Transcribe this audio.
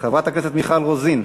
חברת הכנסת מיכל רוזין.